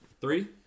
Three